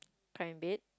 cry in bed